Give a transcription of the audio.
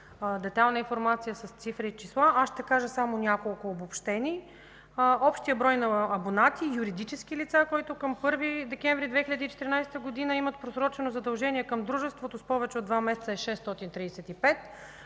детайлна с цифри и числа. Аз ще кажа само няколко обобщения. Общият брой на абонати – юридически лица, които към 1 декември 2014 г. имат просрочено задължение към дружеството с повече от 2 месеца, е 635.